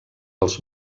als